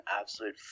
absolute